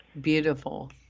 beautiful